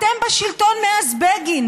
אתם בשלטון מאז בגין.